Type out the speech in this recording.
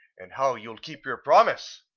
and how you'll keep your promise.